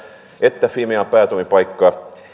että fimean päätoimipaikka